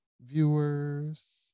viewers